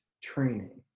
training